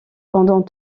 pendant